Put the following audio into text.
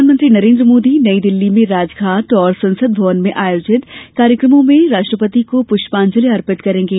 प्रधानमंत्री नरेन्द्र मोदी नई दिल्ली में राजघाट और संसद भवन में आयोजित कार्यक्रमों में राष्ट्रपिता को पुष्पांजलि अर्पित करेंगे